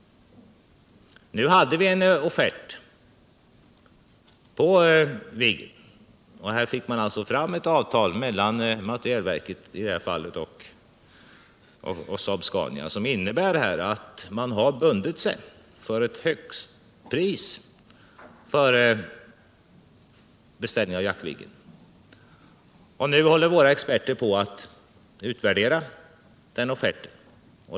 Nu hade vi en offert på Viggen, och här fick man alltså i detta fall fram ett avtal mellan materielverket och Scania, som innebär att man har bundit sig för ett högstpris för beställning av Jaktviggen. Nu håller våra experter på all utvärdera denna offert.